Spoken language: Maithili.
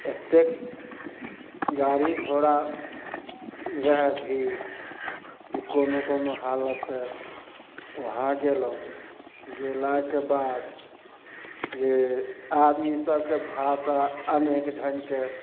एतेक गाड़ी घोड़ा रहै भीड़ ई कोनो कोनो हालत सँ उहाँ गेलहुॅं गेलाके बाद जे आदमी सभके भाषा अनेक ढङ्गके